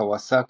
קוואסקי,